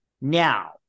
Now